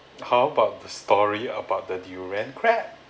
how about the story about the durian crap